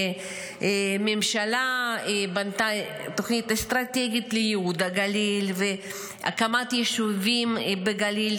והממשלה בנתה תוכנית אסטרטגית לייהוד הגליל והקמת יישובים בגליל,